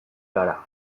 gara